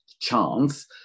chance